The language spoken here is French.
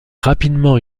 rapidement